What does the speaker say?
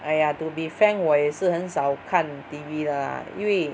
!aiya! to be frank 我也是很少看 T_V 的 lah 因为